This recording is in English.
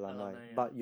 alumni ya